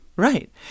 Right